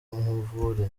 nkuvure